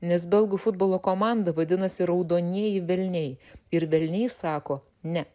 nes belgų futbolo komanda vadinasi raudonieji velniai ir velniai sako ne